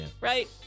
right